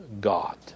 God